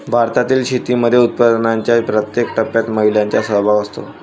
भारतातील शेतीमध्ये उत्पादनाच्या प्रत्येक टप्प्यात महिलांचा सहभाग असतो